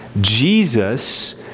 Jesus